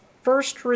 First